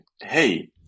hey